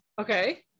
Okay